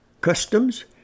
customs